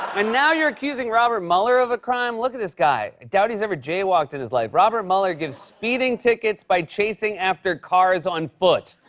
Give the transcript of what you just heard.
and now you're accusing robert mueller of a crime? look at this guy. i doubt he's ever jaywalked in his life. robert mueller gives speeding tickets by chasing after cars on foot.